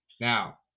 Now